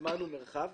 זמן ומרחב.